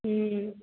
हुं